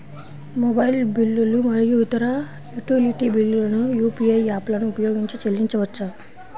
mobile బిల్లులు మరియు ఇతర యుటిలిటీ బిల్లులను యూ.పీ.ఐ యాప్లను ఉపయోగించి చెల్లించవచ్చు